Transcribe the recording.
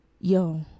yo